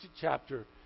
chapter